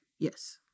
yes